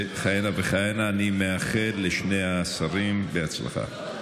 אני מאחל לשני השרים הצלחה.